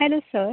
hello sir